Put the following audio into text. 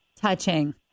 touching